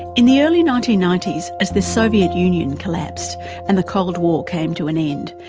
in the early nineteen ninety s as the soviet union collapsed and the cold war came to an end,